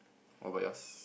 what about yours